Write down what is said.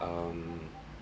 um